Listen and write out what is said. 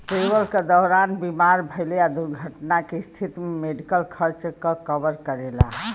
travel क दौरान बीमार भइले या दुर्घटना क स्थिति में मेडिकल खर्च क कवर करेला